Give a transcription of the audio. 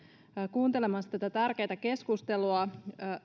kuuntelemassa tätä tärkeätä keskustelua